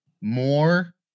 more